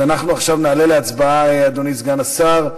אנחנו עכשיו נעלה להצבעה, אדוני סגן השר,